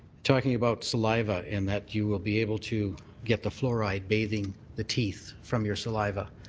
talking about saliva in that you will be able to get the fluoride bathing the teeth from your saliva.